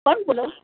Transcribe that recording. કોણ બોલો